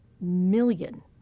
million